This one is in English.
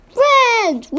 friends